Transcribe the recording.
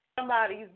Somebody's